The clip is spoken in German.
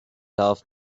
darf